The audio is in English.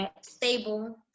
stable